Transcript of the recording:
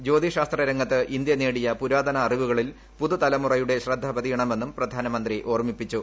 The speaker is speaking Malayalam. ജ്യോതി ശാസ്ത്രംഗത്ത് ഇന്തൃ നേടിയ പുരാതന അറിവുകളിൽ പുതുതലമുറയുടെ ശ്രദ്ധ പതിയണമെന്നും പ്രധാനമന്ത്രി ഓർമ്മിപ്പിച്ചു